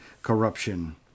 Corruption